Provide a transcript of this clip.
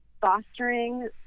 fostering